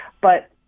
But-